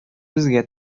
безгә